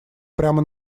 прямо